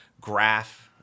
graph